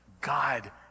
God